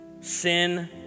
sin